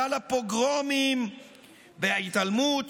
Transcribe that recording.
גל הפוגרומים וההתעלמות,